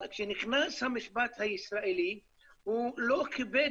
אבל כשנכנס המשפט הישראלי הוא לא כיבד